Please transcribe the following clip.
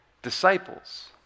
disciples